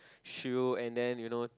shoe and then you know